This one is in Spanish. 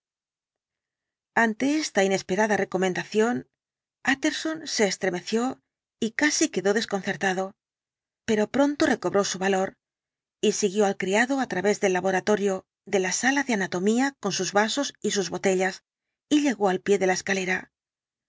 ante esta inesperada recomendación utterson se extremeció y casi quedó desconcertado pero pronto recobró su valor y siguió al criado á través del laboratorio de la sala de anatomía con sus vasos y sus botellas y llegó al pie de la escalera